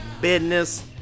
business